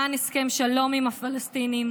למען הסכם שלום עם הפלסטינים,